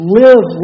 live